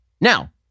Now